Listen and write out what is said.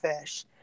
fish